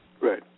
right